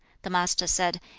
the master said,